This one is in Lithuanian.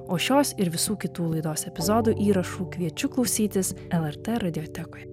o šios ir visų kitų laidos epizodų įrašų kviečiu klausytis lrt radiotekoj